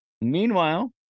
Meanwhile